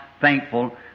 thankful